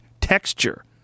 texture